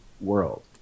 world